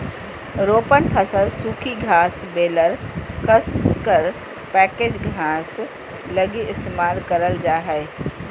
रोपण फसल सूखी घास बेलर कसकर पैकेज घास लगी इस्तेमाल करल जा हइ